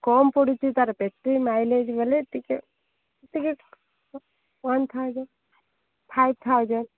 କମ୍ ପଡ଼ୁଛି ତା'ର battery mileage ବୋଲେ ଟିକେ ଟିକେ କମ୍ ଥାଏ ଆଜ୍ଞା ଫାଇଭ୍ ଥାଉଜେଣ୍ଡ୍